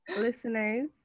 listeners